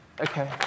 Okay